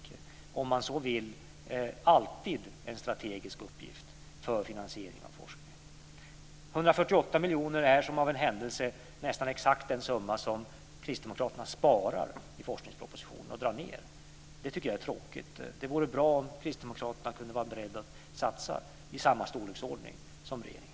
Det är, om man så vill, alltid en strategisk uppgift för finansieringen av forskning. Som av en händelse är 148 miljoner nästan exakt den summa som kristdemokraterna sparar i forskningspropositionen. Det är tråkigt. Det vore bra om kristdemokraterna kunde vara beredda att satsa i samma storleksordning som regeringen.